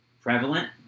prevalent